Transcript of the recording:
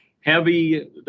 Heavy